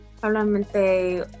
probablemente